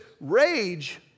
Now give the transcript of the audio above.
rage